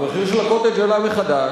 המחיר של ה"קוטג'" עלה מחדש.